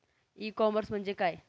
E commerce म्हणजे काय?